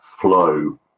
flow